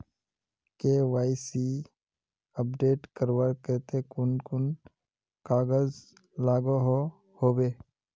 KYC update करवार केते कुन कुन कागज लागोहो होबे?